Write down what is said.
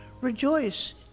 Rejoice